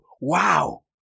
Wow